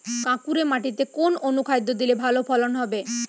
কাঁকুরে মাটিতে কোন অনুখাদ্য দিলে ভালো ফলন হবে?